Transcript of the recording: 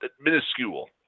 minuscule